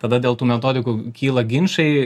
tada dėl tų metodikų kyla ginčai